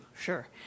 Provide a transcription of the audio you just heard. Sure